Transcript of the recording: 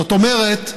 זאת אומרת,